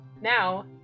Now